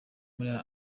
muri